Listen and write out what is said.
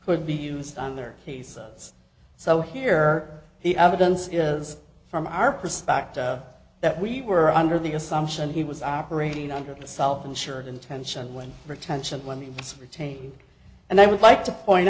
could be used on their case so here the evidence is from our perspective that we were under the assumption he was operating under the self insured intention when retention when the retained and i would like to point